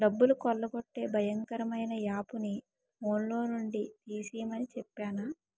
డబ్బులు కొల్లగొట్టే భయంకరమైన యాపుని ఫోన్లో నుండి తీసిమని చెప్పేనా